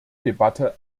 debatte